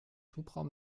hubraum